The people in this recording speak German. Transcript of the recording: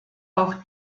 auch